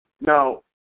Now